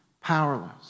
powerless